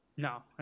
No